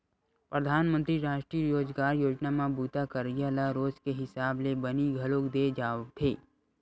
परधानमंतरी रास्टीय रोजगार योजना म बूता करइया ल रोज के हिसाब ले बनी घलोक दे जावथे